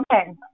Okay